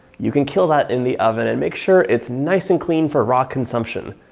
you can kill that in the oven and make sure it's nice and clean for raw consumption.